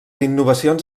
innovacions